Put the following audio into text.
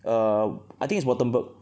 err I think is wurttemberg